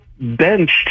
benched